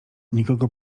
nikogo